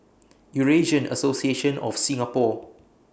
Eurasian Association of Singapore